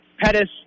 Pettis